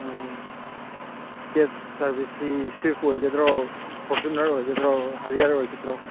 ꯑ ꯀꯦꯕ ꯁꯥꯔꯕꯤꯁꯁꯤ ꯁ꯭ꯋꯤꯐ ꯑꯣꯏꯒꯗ꯭ꯔꯣ ꯐꯣꯔꯆꯨꯅꯔ ꯑꯣꯏꯒꯗ꯭ꯔꯣ ꯍꯥꯔꯤꯌꯔ ꯑꯣꯏꯒꯗ꯭ꯔꯣ